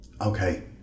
Okay